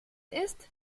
ist